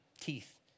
teeth